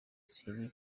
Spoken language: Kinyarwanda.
thierry